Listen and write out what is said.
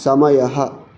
समयः